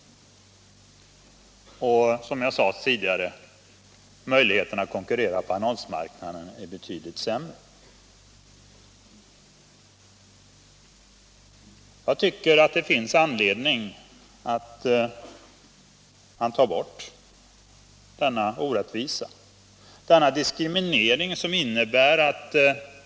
Och som jag sade tidigare: Möjligheterna att konkurrera på annonsmarknaden är betydligt sämre. Jag tycker att det finns anledning att ta bort denna orättvisa, denna diskriminering.